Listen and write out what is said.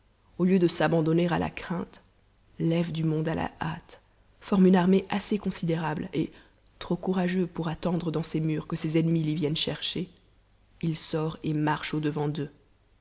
au lieu de s'abandonner à la crainte lève du monde à la hâte forme une armée assez considérable et trop courageux pour attendre dans ses murs que ses ennemis l'y viennent chercher il sort et marche au-devant d'eux